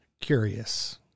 curious